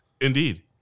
Indeed